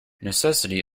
necessity